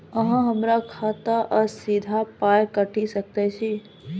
अहॉ हमरा खाता सअ सीधा पाय काटि सकैत छी?